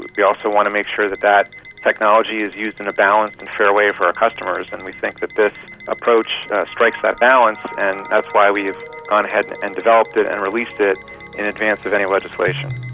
we also want to make sure that that technology is used in a balanced and fair way for our customers, and we think that this approach strikes that balance and that's why we have gone ahead and and developed it and released it in advance of any legislation.